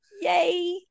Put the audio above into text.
yay